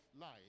life